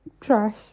trash